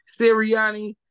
Sirianni